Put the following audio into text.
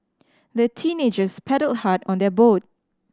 the teenagers paddled hard on their boat